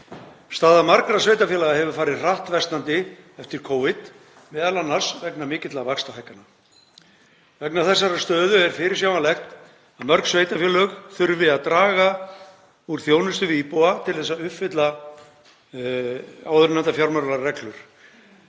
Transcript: Staða margra sveitarfélaga hefur farið hratt versnandi eftir Covid, m.a. vegna mikilla vaxtahækkana. Vegna þessarar stöðu er fyrirsjáanlegt að mörg sveitarfélög þurfi að draga úr þjónustu við íbúa til að uppfylla áðurnefndar fjármálareglur.